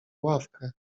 ławkę